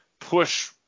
push